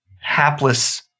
hapless